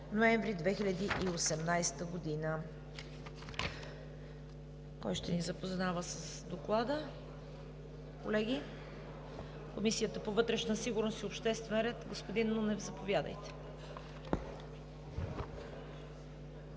ноември 2018 г. Кой ще ни запознава с Доклада на Комисията по вътрешна сигурност и обществен ред? Господин Нунев, заповядайте.